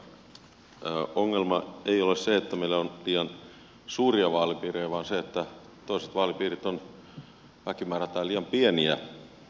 meidän nykyisessä järjestelmässämme ongelma ei ole se että meillä on liian suuria vaalipiirejä vaan se että toiset vaalipiirit ovat väkimäärältään liian pieniä